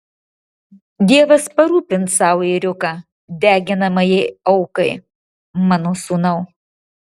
dievas parūpins sau ėriuką deginamajai aukai mano sūnau